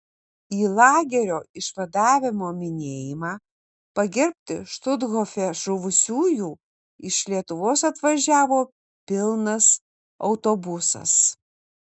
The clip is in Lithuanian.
į lagerio išvadavimo minėjimą pagerbti štuthofe žuvusiųjų iš lietuvos atvažiavo pilnas autobusas